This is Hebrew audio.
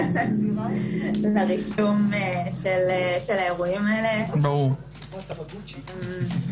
הרישום של האירועים האלה כמובן.